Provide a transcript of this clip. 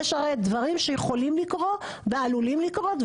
יש הרי דברים שיכולים לקרוא ועלולים לקרות,